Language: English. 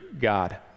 God